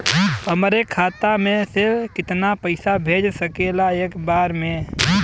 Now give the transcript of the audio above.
हमरे खाता में से कितना पईसा भेज सकेला एक बार में?